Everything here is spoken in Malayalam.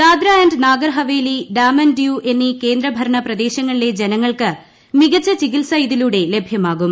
ദാദ്ര ആന്റ് നാഗർ ഹവേലി ഡാമൻ ആന്റ് ഡ്യൂ എന്നീ കേന്ദ്രഭരണ പ്രദേശങ്ങളിലെ ജനങ്ങൾക്ക് മികച്ച ചികിത്സ ഇതിലൂടെ ലഭ്യമാകും